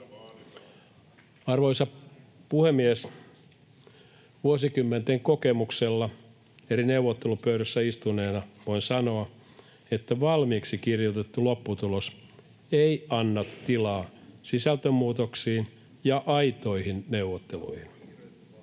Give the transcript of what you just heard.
Arvoisa puhemies! Vuosikymmenten kokemuksella eri neuvottelupöydissä istuneena voin sanoa, että valmiiksi kirjoitettu lopputulos ei anna tilaa sisältömuutoksiin ja aitoihin neuvotteluihin.